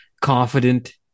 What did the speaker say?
confident